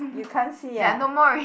you can't see ah